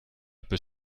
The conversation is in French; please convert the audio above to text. peut